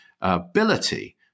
ability